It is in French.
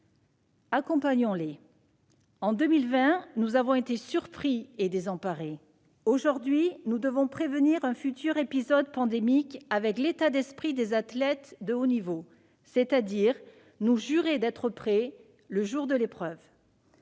Accompagnons-les ! En 2020, nous avons été surpris et désemparés. Aujourd'hui, nous devons prévenir un futur épisode pandémique avec l'état d'esprit des athlètes de haut niveau, c'est-à-dire en nous jurant d'être prêts le jour de l'épreuve.